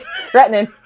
Threatening